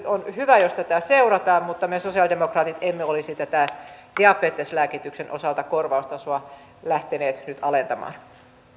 on hyvä jos tätä seurataan mutta me sosialidemokraatit emme olisi diabeteslääkityksen osalta tätä korvaustasoa lähteneet nyt alentamaan